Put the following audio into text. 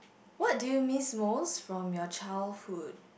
what do you miss most from your childhood